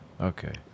Okay